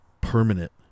permanent